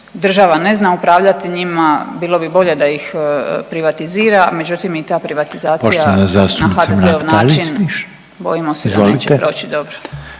država ne zna upravljati njima bilo bi bolje da ih privatizira, međutim i ta privatizacija …/Upadica Reiner: Poštovana